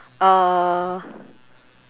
uh